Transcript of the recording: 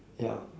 yeah